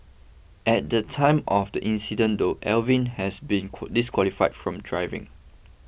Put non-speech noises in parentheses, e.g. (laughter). at the time of the incident though Alvin has been (unintelligible) disqualified from driving